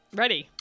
ready